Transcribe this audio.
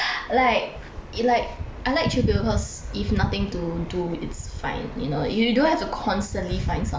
like I like chill people cause if nothing to do it's fine you know you don't have to constantly find something to do